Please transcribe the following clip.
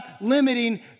limiting